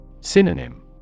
Synonym